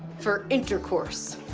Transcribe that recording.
for intercourse.